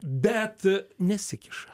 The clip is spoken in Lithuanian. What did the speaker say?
bet nesikiša